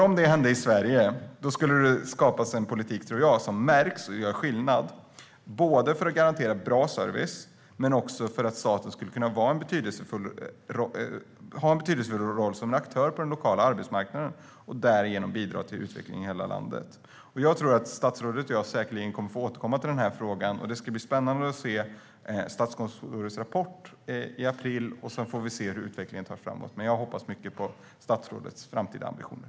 Om det hände i Sverige tror jag att det skulle skapa en politik som märktes och som gjorde skillnad både genom att garantera bra service och genom att staten skulle ha en betydelsefull roll som aktör på den lokala arbetsmarknaden och därigenom bidra till utveckling i hela landet. Statsrådet och jag kommer säkerligen att återkomma till den här frågan. Det ska bli spännande att se Statskontorets rapport i april, och sedan får vi se hur utvecklingen blir framöver. Jag hoppas mycket på statsrådets framtida ambitioner.